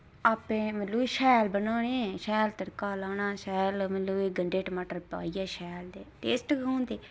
आपें मतलब कि शैल बनाने शैल तड़का लाना शैल मतलब कि गं'डे टमाटर पाइयै शैल ते टेस्टी गै होंदे